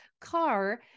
car